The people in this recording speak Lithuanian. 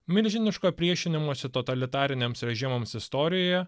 milžinišką priešinimosi totalitariniams režimams istorijoje